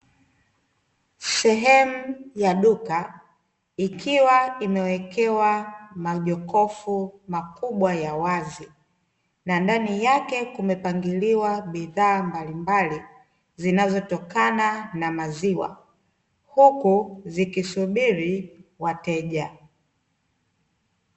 Sehemu ya duka ikiwa imewekewa majokofu makubwa ya wazi, na ndani yake kumepangiliwa bidhaa mbalimbali zinazotokana na maziwa, huku zikisubiri wateja.